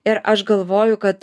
ir aš galvoju kad